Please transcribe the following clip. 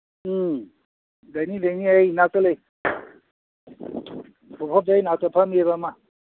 ꯎꯝ ꯂꯩꯅꯤ ꯂꯩꯅꯤ ꯑꯩ ꯅꯥꯛꯇ ꯂꯩ ꯑꯩ ꯅꯥꯛꯇ ꯐꯝꯃꯤꯌꯦꯕ ꯑꯃ